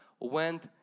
went